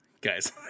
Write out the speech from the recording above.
Guys